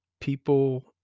people